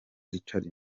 richard